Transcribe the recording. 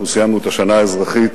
אנחנו סיימנו את השנה האזרחית